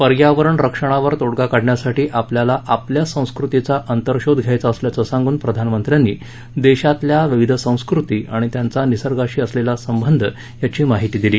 पर्यावरण रक्षणावर तोडगा काढण्यासाठी आपल्याला आपल्याच संस्कृतीचा अंतर्शोध घ्यायचा असल्याचं सांगून प्रधानमंत्र्यांनी देशातल्या विविध संस्कृती आणि त्यांचा निसर्गाशी असलेला संबंध याची माहिती दिली